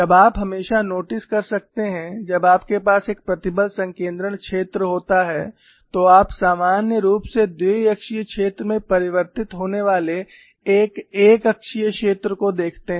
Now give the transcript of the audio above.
जब आप हमेशा नोटिस कर सकते हैं जब आपके पास एक प्रतिबल संकेंद्रण क्षेत्र होता है तो आप सामान्य रूप से द्विअक्षीय क्षेत्र में परिवर्तित होने वाले एक एक अक्षीय क्षेत्र को देखते हैं